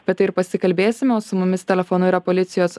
apie tai ir pasikalbėsime su mumis telefonu yra policijos